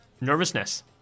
Nervousness